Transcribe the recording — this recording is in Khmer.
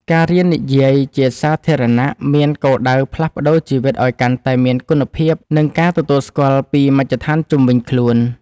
ការរៀននិយាយជាសាធារណៈមានគោលដៅផ្លាស់ប្តូរជីវិតឱ្យកាន់តែមានគុណភាព និងការទទួលស្គាល់ពីមជ្ឈដ្ឋានជុំវិញខ្លួន។